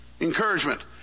Encouragement